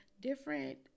Different